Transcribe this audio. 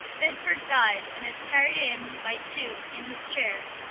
bedford dyes, and is carryed in by two in his chaire.